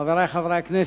חברי חברי הכנסת,